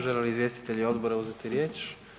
Žele li izvjestitelji odbora uzeti riječ?